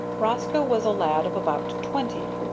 roscoe was a lad of about twenty,